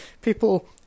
people